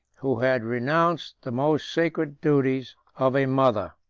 who had renounced the most sacred duties of a mother.